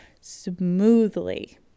smoothly